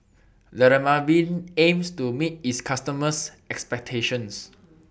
Dermaveen aims to meet its customers' expectations